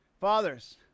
Fathers